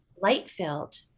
light-filled